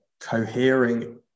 cohering